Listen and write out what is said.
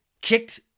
kicked